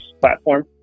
platform